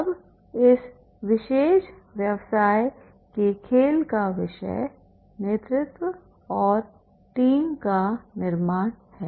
अब इस विशेष व्यवसाय के खेल का विषय नेतृत्व और टीम का निर्माण है